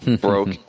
broke